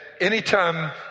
Anytime